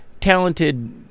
talented